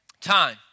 Time